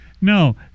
No